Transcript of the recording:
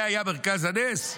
זה היה מרכז הנס?